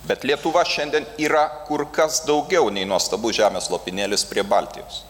bet lietuva šiandien yra kur kas daugiau nei nuostabus žemės lopinėlis prie baltijos